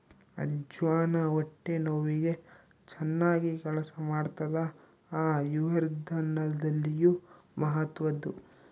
ಅಜ್ವಾನ ಹೊಟ್ಟೆ ನೋವಿಗೆ ಚನ್ನಾಗಿ ಕೆಲಸ ಮಾಡ್ತಾದ ಆಯುರ್ವೇದದಲ್ಲಿಯೂ ಮಹತ್ವದ್ದು